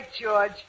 George